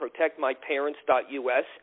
protectmyparents.us